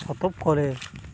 ᱯᱚᱛᱚᱵ ᱠᱚᱨᱮ